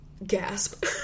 Gasp